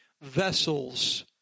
vessels